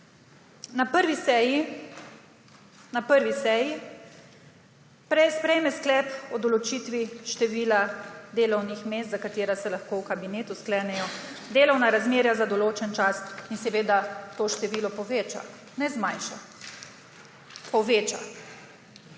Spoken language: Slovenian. na 1. seji sprejme sklep o določitvi števila delovnih mest, za katera se lahko v kabinetu sklenejo delovna razmerja za določen čas, in seveda to število poveča, ne zmanjša, poveča.